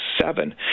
seven